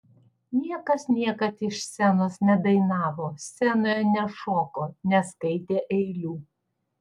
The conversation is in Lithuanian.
niekas niekad iš scenos nedainavo scenoje nešoko neskaitė eilių